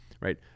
right